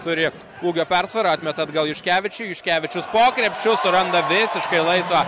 turi ūgio persvarą atmeta atgal juškevičiui juškevičius po krepšiu suranda visiškai laisvą